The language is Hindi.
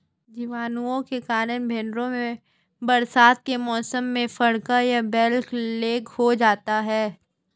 जीवाणुओं के कारण भेंड़ों में बरसात के मौसम में फड़का या ब्लैक लैग हो जाता है